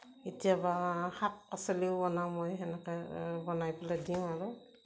কেতিয়াবা শাক পাচলিও বনাওঁ মই সেনেকৈ বনাই পেলে দিওঁ আৰু